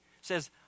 says